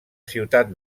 ciutat